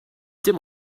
dim